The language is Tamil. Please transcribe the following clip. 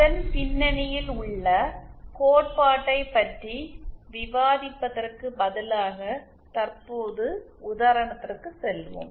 அதன் பின்னணியில் உள்ள கோட்பாட்டைப் பற்றி விவாதிப்பதற்குப் பதிலாக தற்போது உதாரணத்திற்குச் செல்வோம்